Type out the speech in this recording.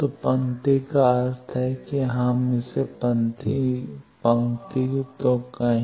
तो पंक्ति का अर्थ है कि हम इस पंक्ति को कहें